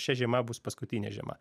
šia žiema bus paskutinė žiema